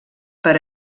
per